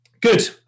good